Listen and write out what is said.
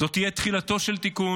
זו תהיה תחילתו של תיקון,